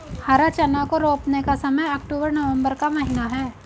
हरा चना को रोपने का समय अक्टूबर नवंबर का महीना है